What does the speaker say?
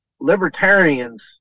libertarians